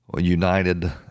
united